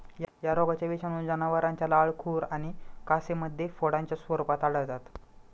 या रोगाचे विषाणू जनावरांच्या लाळ, खुर आणि कासेमध्ये फोडांच्या स्वरूपात आढळतात